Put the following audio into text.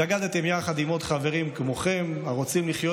התאגדתם יחד עם עוד חברים כמוכם הרוצים לחיות